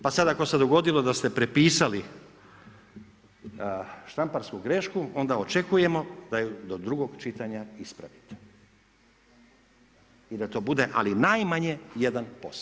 Pa sada ako se dogodilo da ste prepisali štamparsku grešku onda očekujemo da ju do drugog čitanja ispravite i da to bude ali najmanje 1%